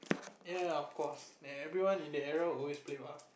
ya of course everyone in that era always play bar